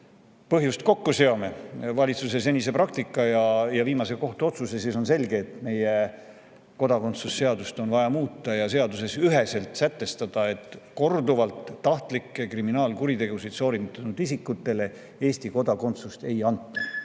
põhjust kokku seome – valitsuse senise praktika ja viimase kohtuotsuse –, siis on selge, et meie kodakondsuse seadust on vaja muuta ja seaduses üheselt sätestada, et korduvalt tahtlikke kriminaalkuritegusid sooritanud isikutele Eesti kodakondsust ei anta.